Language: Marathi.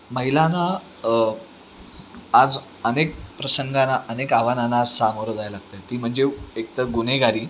महिलांना आज अनेक प्रसंगाना अनेक आव्हानांना सामोरं जाय लागतं आहे ती म्हणजे एक तर गुन्हेगारी